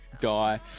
die